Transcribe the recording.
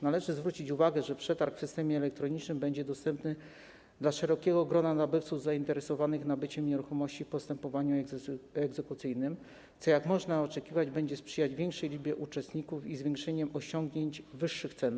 Należy zwrócić uwagę, że przetarg w systemie elektronicznym będzie dostępny dla szerokiego grona nabywców zainteresowanych nabyciem nieruchomości w postępowaniu egzekucyjnym, co, jak można oczekiwać, będzie sprzyjać większej liczbie uczestników i osiąganiu wyższych cen.